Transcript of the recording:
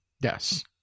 yes